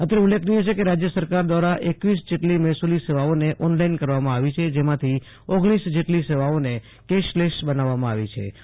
અત્રે ઉલ્લેખનીય છે કે રાજય સરકાર દ્રારા એકવીસ જેટલી મહેસુલી સેવાઓને ઓનલાઈન કરવામાં આવી છે જેમાંથી ઓગણીસ જેટલી સેવાઓને કેશલેશ બનાવવામાં આવી છિ